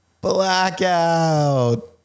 Blackout